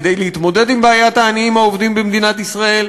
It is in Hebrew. כדי להתמודד עם בעיית העניים העובדים במדינת ישראל.